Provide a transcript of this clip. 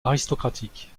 aristocratique